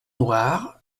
noire